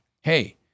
hey